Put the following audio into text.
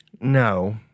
No